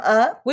up